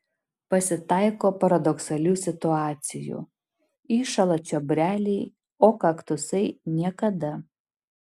pasitaiko paradoksalių situacijų iššąla čiobreliai o kaktusai niekada